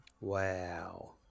Wow